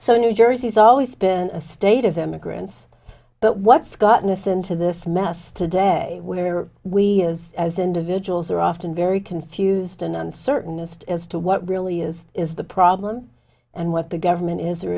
so new jersey's always been a state of immigrants but what's gotten us into this mess today we are we as individuals are often very confused and uncertain as to as to what really is is the problem and what the government is